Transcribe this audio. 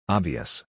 Obvious